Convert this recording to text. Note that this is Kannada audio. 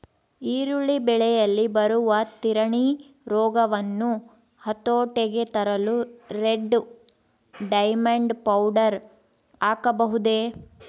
ಈರುಳ್ಳಿ ಬೆಳೆಯಲ್ಲಿ ಬರುವ ತಿರಣಿ ರೋಗವನ್ನು ಹತೋಟಿಗೆ ತರಲು ರೆಡ್ ಡೈಮಂಡ್ ಪೌಡರ್ ಹಾಕಬಹುದೇ?